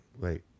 Wait